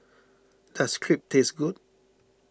does Crepe taste good